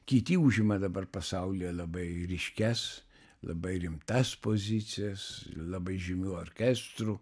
kiti užima dabar pasaulyje labai ryškias labai rimtas pozicijas labai žymių orkestrų